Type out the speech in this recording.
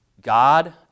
God